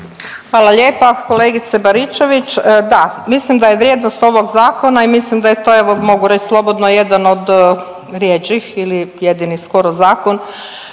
Hvala lijepa kolegice Baričević. Da, mislim a je vrijednost ovog Zakona i mislim da je to, evo, mogu reći slobodno, jedan od rjeđih ili jedini skoro zakon